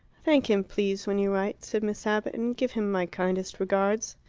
thank him, please, when you write, said miss abbott, and give him my kindest regards.